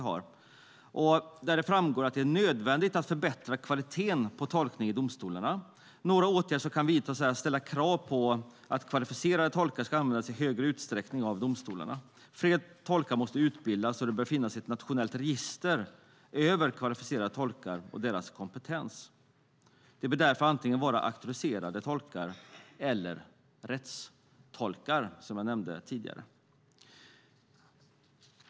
Där framgår det att det är nödvändigt att förbättra kvaliteten på tolkning i domstolarna. Några åtgärder som kan vidtas är ställa krav på att kvalificerade tolkar ska användas i högre utsträckning av domstolarna. Fler tolkar måste utbildas, och det bör finnas ett nationellt register över kvalificerade tolkar och deras kompetens. De bör därför antingen vara auktoriserade tolkar eller rättstolkar, som jag nämnde tidigare.